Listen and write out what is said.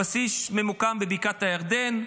הבסיס ממוקם בבקעת הירדן,